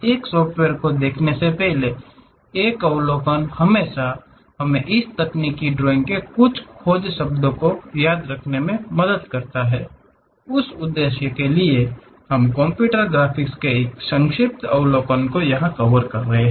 इस सॉफ़्टवेयर को देखने से पहले एक अवलोकन हमेशा हमें इस तकनीकी ड्राइंग के कुछ खोजशब्दों को याद रखने में मदद करता है उस उद्देश्य के लिए हम कंप्यूटर ग्राफिक्स के इस संक्षिप्त अवलोकन को यहा कवर कर रहे हैं